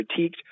critiqued